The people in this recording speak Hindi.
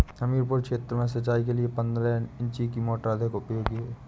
हमीरपुर क्षेत्र में सिंचाई के लिए पंद्रह इंची की मोटर अधिक उपयोगी है?